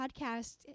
podcast